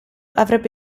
avrebbe